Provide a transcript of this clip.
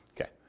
Okay